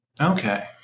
Okay